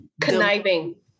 conniving